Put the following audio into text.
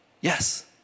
Yes